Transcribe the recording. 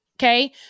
Okay